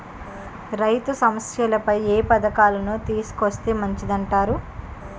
రైతు సమస్యలపై ఏ పథకాలను తీసుకొస్తే మంచిదంటారు?